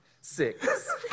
six